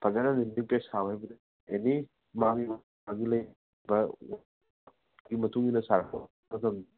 ꯐꯖꯅ landing page ꯁꯥꯕ ꯍꯩꯕꯗ ꯑꯦꯅꯤ ꯃꯥꯒꯤ ꯃꯇꯨꯡ ꯏꯟꯅ ꯁꯥꯔꯛꯄ ꯃꯇꯝꯗ